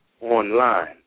online